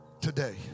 today